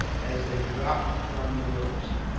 as they dropped from the ropes,